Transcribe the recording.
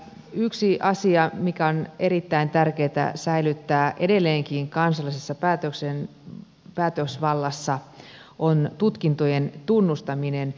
yksi asia joka on erittäin tärkeätä säilyttää edelleenkin kansallisessa päätösvallassa on tutkintojen tunnustaminen ja tutkinnot